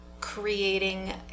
creating